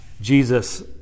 Jesus